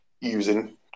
using